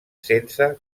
sense